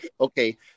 okay